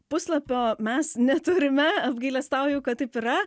puslapio mes neturime apgailestauju kad taip yra